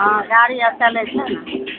हाँ गाड़ी आर चलैत छै